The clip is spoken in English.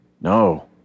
no